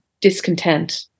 discontent